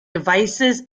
devices